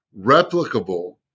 replicable